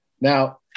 now